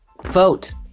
vote